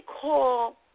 call